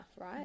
right